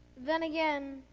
then again,